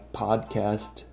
podcast